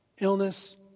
Illness